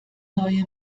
neue